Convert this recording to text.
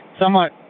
somewhat